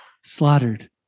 slaughtered